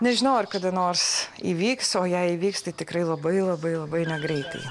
nežinau ar kada nors įvyks o jei įvyks tai tikrai labai labai labai negreitai